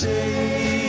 Say